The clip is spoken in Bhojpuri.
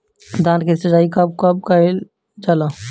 धान के सिचाई कब कब कएल जाला?